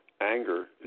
Anger